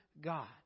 God